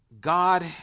God